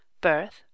Birth